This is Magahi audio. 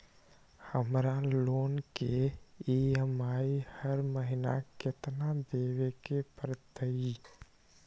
हमरा लोन के ई.एम.आई हर महिना केतना देबे के परतई?